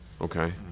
Okay